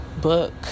book